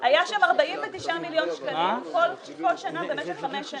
היו שם 49 מיליון שקלים בכל שנה במשך חמש שנים.